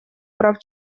прав